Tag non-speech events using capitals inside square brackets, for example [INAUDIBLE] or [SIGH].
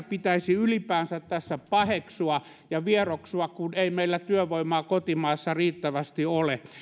[UNINTELLIGIBLE] pitäisi ylipäänsä tässä paheksua ja vieroksua kun ei meillä työvoimaa kotimaassa riittävästi ole